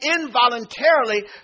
involuntarily